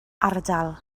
ardal